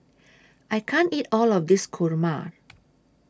I can't eat All of This Kurma